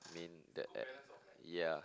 I mean the e~ yeah